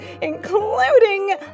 including